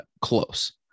Close